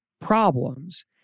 problems